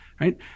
right